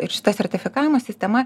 ir šita sertifikavimo sistema